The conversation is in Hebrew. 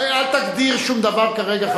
אל תגדיר שום דבר כרגע,